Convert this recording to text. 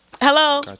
hello